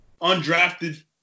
undrafted